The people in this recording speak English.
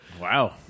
Wow